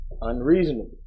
unreasonable